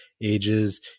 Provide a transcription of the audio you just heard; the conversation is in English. ages